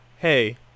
Hey